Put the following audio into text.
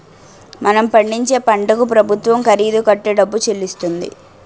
మనం పండించే పంటకు ప్రభుత్వం ఖరీదు కట్టే డబ్బు చెల్లిస్తుంది